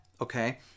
Okay